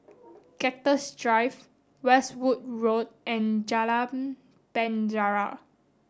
Cactus Drive Westwood Road and Jalan Penjara